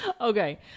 okay